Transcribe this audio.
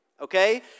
Okay